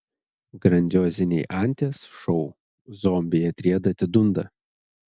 grandioziniai anties šou zombiai atrieda atidunda